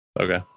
Okay